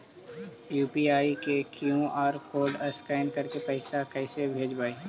UPI के QR code scan करके पैसा कैसे भेजबइ?